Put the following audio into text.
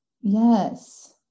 Yes